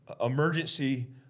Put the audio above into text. emergency